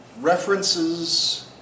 references